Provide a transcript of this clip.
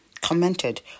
commented